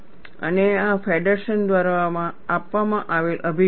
અને આ ફેડરસન દ્વારા આપવામાં આવેલ અભિગમ છે